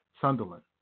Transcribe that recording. Sunderland